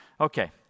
Okay